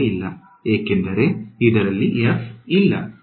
ಇಲ್ಲವೇ ಇಲ್ಲ ಏಕೆಂದರೆ ಇದರಲ್ಲಿ f ಇಲ್ಲ